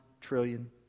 trillion